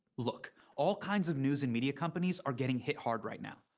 look, all kinds of news and media companies are getting hit hard right now.